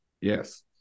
Yes